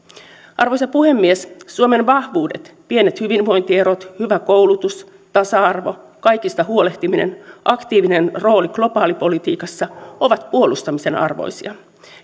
arvoisa puhemies suomen vahvuudet pienet hyvinvointierot hyvä koulutus tasa arvo kaikista huolehtiminen aktiivinen rooli globaalipolitiikassa ovat puolustamisen arvoisia